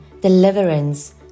deliverance